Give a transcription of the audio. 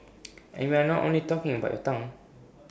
and we are not only talking about your tongue